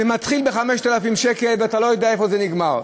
זה מתחיל ב-5,000 שקל ואתה לא יודע איפה זה נגמר.